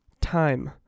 Time